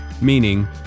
meaning